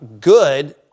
good